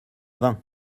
vingt